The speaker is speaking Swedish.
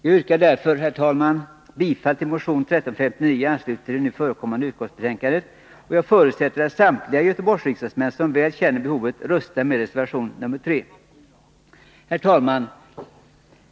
Jag yrkar därför, herr talman, bifall till motion 1359 i anslutning till det nu förevarande utskottsbetänkandet, och jag förutsätter att samtliga Göteborgsriksdagsmän, som väl känner behovet, röstar med reservation nr 3. Herr talman!